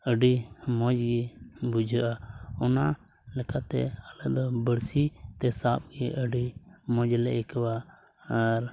ᱟᱹᱰᱤ ᱢᱚᱡᱽ ᱜᱮ ᱵᱩᱡᱷᱟᱹᱜᱼᱟ ᱚᱱᱟ ᱞᱮᱠᱟᱛᱮ ᱟᱞᱮ ᱫᱚ ᱵᱟᱹᱲᱥᱤᱛᱮ ᱥᱟᱵ ᱜᱮ ᱟᱹᱰᱤ ᱢᱚᱡᱽ ᱞᱮ ᱟᱹᱭᱠᱟᱹᱣᱟ ᱟᱨ